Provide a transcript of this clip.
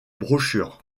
brochures